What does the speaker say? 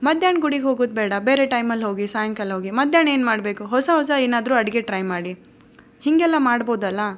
ಮಧ್ಯಾಹ್ನ ಗುಡಿಗೆ ಹೋಗೋದು ಬೇಡ ಬೇರೆ ಟೈಮಲ್ಲಿ ಹೋಗಿ ಸಾಯಂಕಾಲ ಹೋಗಿ ಮಧ್ಯಾಹ್ನ ಏನು ಮಾಡಬೇಕು ಹೊಸ ಹೊಸ ಏನಾದರೂ ಅಡುಗೆ ಟ್ರೈ ಮಾಡಿ ಹೀಗೆಲ್ಲಾ ಮಾಡ್ಬೋದಲ್ಲ